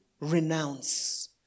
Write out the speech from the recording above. renounce